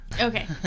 Okay